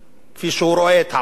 כפי שהוא רואה את העולם,